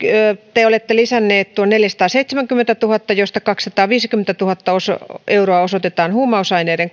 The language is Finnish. te olette lisänneet tuon neljäsataaseitsemänkymmentätuhatta euroa josta kaksisataaviisikymmentätuhatta euroa osoitetaan huumausaineiden